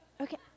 okay